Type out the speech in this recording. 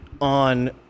on